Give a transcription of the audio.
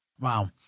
Wow